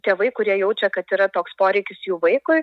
tėvai kurie jaučia kad yra toks poreikis jų vaikui